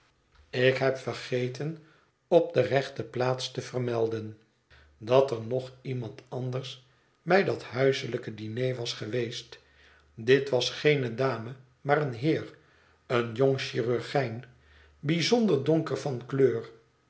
ik heb vergeten op de rechte plaats te vermelden dat er nog iemand anders bij dat huiselijk diner was geweest dit was geene dame maar een heer een jong chirurgijn bijzonder donker van kleur